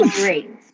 great